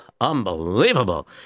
unbelievable